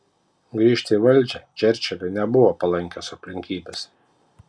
grįžti į valdžią čerčiliui nebuvo palankios aplinkybės